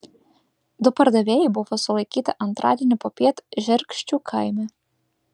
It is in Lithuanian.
du pardavėjai buvo sulaikyti antradienį popiet žerkščių kaime